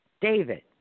David